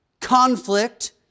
conflict